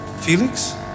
Felix